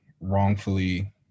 wrongfully